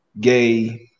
gay